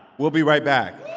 we'll be right back